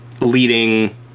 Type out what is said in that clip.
leading